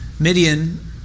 Midian